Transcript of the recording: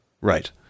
Right